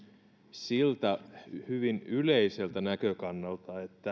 siltä hyvin yleiseltä näkökannalta että